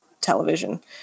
television